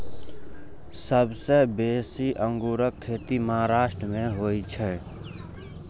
सबसं बेसी अंगूरक खेती महाराष्ट्र मे होइ छै